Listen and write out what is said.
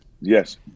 Yes